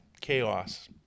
chaos